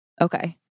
Okay